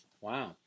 Wow